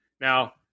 Now